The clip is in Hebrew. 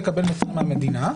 לסרב מהמדינה,